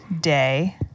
day